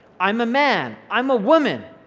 i'm a man, i'm a woman,